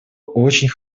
очень